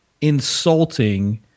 insulting